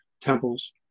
temples